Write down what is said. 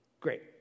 Great